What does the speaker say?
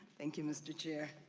thank you mr. chair.